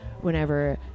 whenever